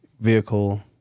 vehicle